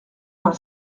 vingt